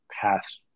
past